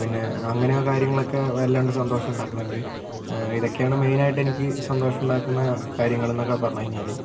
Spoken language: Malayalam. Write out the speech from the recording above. പിന്നെ അങ്ങനെ കാര്യങ്ങളൊക്കെ വല്ലാണ്ട് സന്തോഷമുണ്ടാക്കുന്നുണ്ട് ഇതൊക്കെയാണ് മെയിൻ ആയിട്ട് എനിക്ക് സന്തോഷമുണ്ടാക്കുന്ന കാര്യങ്ങൾ എന്നൊക്കെ പറഞ്ഞു കഴിഞ്ഞാൽ